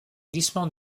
glissement